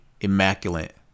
immaculate